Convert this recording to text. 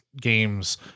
games